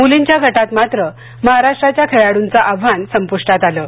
मुलींच्या गटात मात्र महाराष्ट्राच्या खेळाडूंचं आव्हान संप्टात आलं आहे